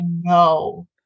no